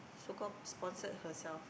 so call sponsored herself